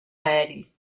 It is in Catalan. aeri